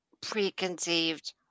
preconceived